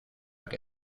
que